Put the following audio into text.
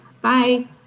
Bye